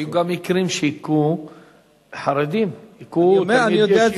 היו גם מקרים שהכו חרדים, הכו תלמיד ישיבה.